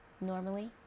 normally